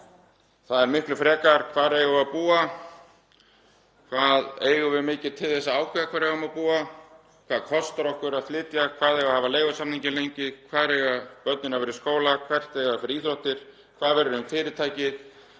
Það er miklu frekar: Hvar eigum við að búa? Hvað eigum við mikið til þess að ákveða hvar við eigum að búa? Hvað kostar það okkur að flytja? Hvað eigum við að hafa leigusamninginn lengi? Hvar eiga börnin að vera í skóla? Hvert eiga þau að fara í íþróttir? Hvað verður um fyrirtækið?